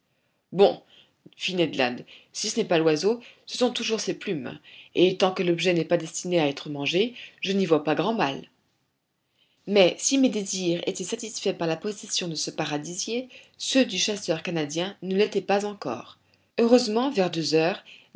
bon fit ned land si ce n'est pas l'oiseau ce sont toujours ses plumes et tant que l'objet n'est pas destiné à être mangé je n'y vois pas grand mal mais si mes désirs étaient satisfaits par la possession de ce paradisier ceux du chasseur canadien ne l'étaient pas encore heureusement vers deux heures